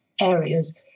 areas